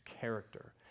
character